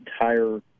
entire